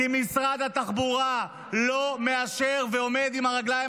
כי משרד התחבורה לא מאשר ועומד על הרגליים